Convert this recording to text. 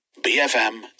BFM